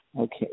Okay